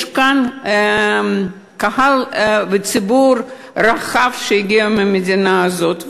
יש כאן קהל וציבור רחב שהגיע מהמדינה הזאת.